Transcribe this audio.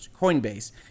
Coinbase